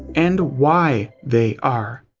and why they are.